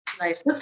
Nice